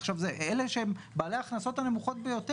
בעל הכנסה נמוכה,